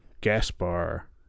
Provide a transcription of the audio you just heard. Gaspar